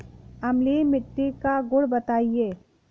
अम्लीय मिट्टी का गुण बताइये